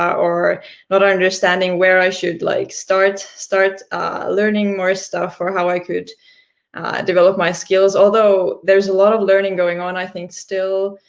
or not understanding where i should, like start start learning more stuff, or how i could develop my skills, although there is a lot of learning going on, i think still.